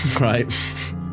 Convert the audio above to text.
Right